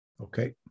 Okay